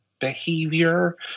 behavior